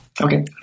Okay